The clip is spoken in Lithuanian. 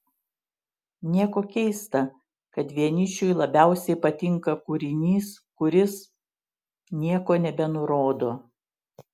nieko keista kad vienišiui labiausiai patinka kūrinys kuris nieko nebenurodo